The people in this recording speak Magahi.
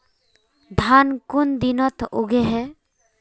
धान कुन दिनोत उगैहे